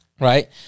Right